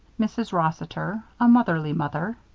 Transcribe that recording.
mrs. rossiter a motherly mother.